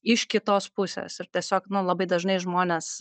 iš kitos pusės ir tiesiog nu labai dažnai žmonės